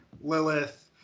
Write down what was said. Lilith